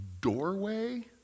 doorway